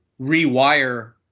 rewire